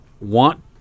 want